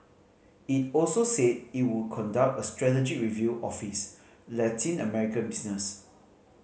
it also said it would conduct a strategy review of its Latin American business